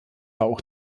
auch